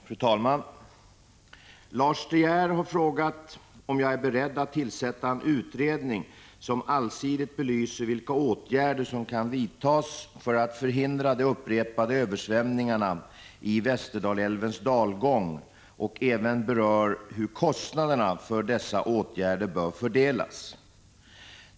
Fru talman! Lars De Geer har frågat om jag är beredd att tillsätta en utredning som allsidigt belyser vilka åtgärder som kan vidtas för att förhindra de upprepade översvämningarna i Västerdalälvens dalgång och även berör hur kostnaderna för dessa åtgärder bör fördelas.